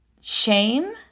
shame